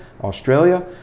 Australia